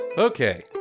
Okay